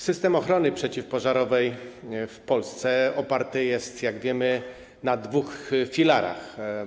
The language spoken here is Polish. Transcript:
System ochrony przeciwpożarowej w Polsce oparty jest, jak wiemy, na dwóch filarach.